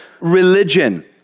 religion